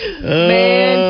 Man